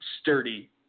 sturdy